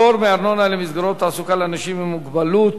22) (פטור מארנונה למסגרות תעסוקה לאנשים עם מוגבלות),